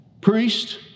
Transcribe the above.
priest